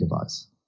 device